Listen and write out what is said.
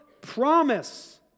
promise